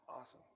Awesome